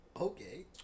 okay